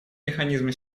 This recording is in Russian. механизмы